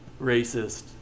racist